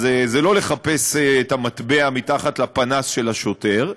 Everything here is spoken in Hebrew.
זה לא לחפש את המטבע מתחת לפנס של השוטר,